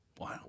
Wow